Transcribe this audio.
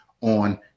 on